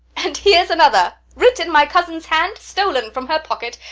and here's another, writ in my cousin's hand, stolen from her pocket,